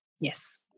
Yes